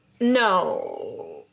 No